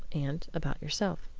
and about yourself.